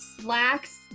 slacks